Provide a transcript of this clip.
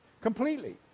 Completely